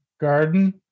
Garden